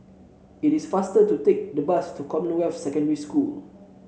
it is faster to take the bus to Commonwealth Secondary School